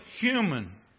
human